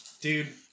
Dude